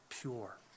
pure